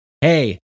hey